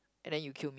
and then you kill me